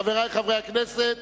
חברי חברי הכנסת,